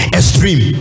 extreme